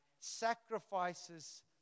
Sacrifices